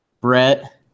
Brett